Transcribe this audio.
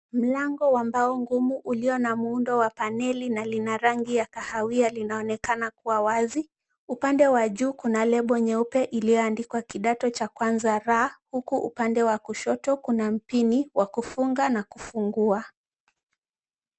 Mlango wa mbao ngumu ulio na muundo wa paneli na lina rangi ya kahawia linaonekana kuwa wazi. Upande wa juu kuna lebo nyeupe iliyoandikwa kidato cha kwanza R huku upande wa kushoto kuna mpini wa kufunga na kufungua.